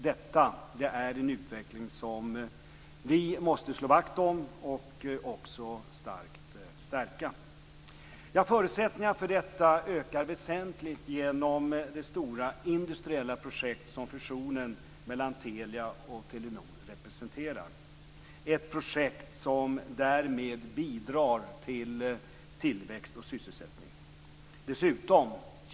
Detta är en utveckling som vi måste slå vakt om och starkt stärka. Förutsättningarna för detta ökar väsentligt genom det stora industriella projekt som fusionen mellan Telia och Telenor representerar. Det är ett projekt som bidrar till tillväxt och sysselsättning.